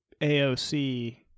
AOC